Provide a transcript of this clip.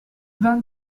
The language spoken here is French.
vingt